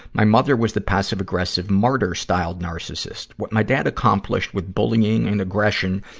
my mother was the passive-aggressive martyr-styled narcissist. what my dad accomplished with bullying and aggression,